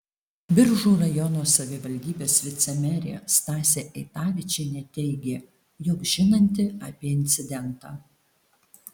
biržų rajono savivaldybės vicemerė stasė eitavičienė teigė jog žinanti apie incidentą